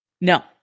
No